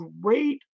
great